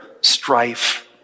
strife